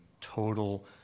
total